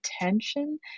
attention